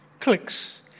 Clicks